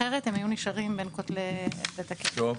אחרת הם היו נשארים בין כותלי בית הכלא.